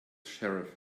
sheriff